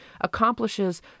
accomplishes